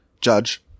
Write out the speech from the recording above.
judge